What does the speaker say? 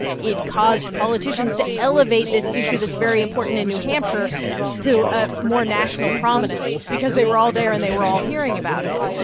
it caused politicians to elevate this issue that's very important in new hampshire to ah more national prominence because they were all there and they were all hearing about it.